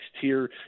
tier